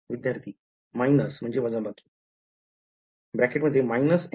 विध्यार्थी वजाबाकी − ny nx 0